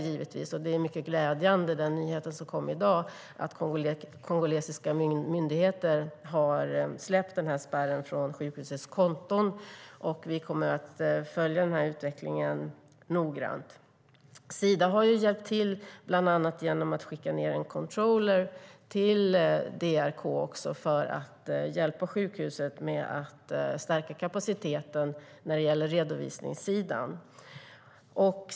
Den nyhet som kom i dag är mycket glädjande, nämligen att kongolesiska myndigheter nu har släppt spärren på sjukhusets konton. Vi kommer att följa utvecklingen noggrant. Sida har hjälpt till bland annat genom att skicka ned en controller till DRK för att hjälpa sjukhuset att stärka kapaciteten på redovisningssidan.